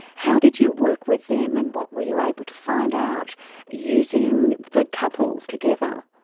how did you work with them and what were you able to find out using the couple together?